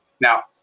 Now